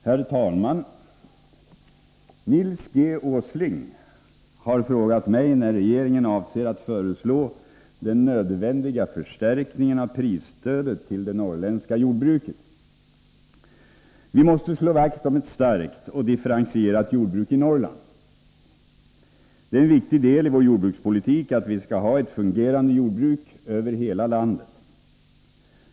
Herr talman! Nils G. Åsling har frågat mig när regeringen avser att föreslå den nödvändiga förstärkningen av prisstödet till det norrländska jordbruket. Vi måste slå vakt om ett starkt och differentierat jordbruk i Norrland. Det är en viktig del i vår jordbrukspolitik att vi skall ha ett fungerande jordbruk över hela landet.